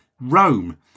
Rome